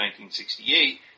1968